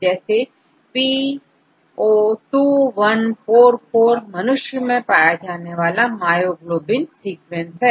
जैसे P02144मनुष्य में पाया जाने वाला मायोग्लोबिन सीक्वेंस है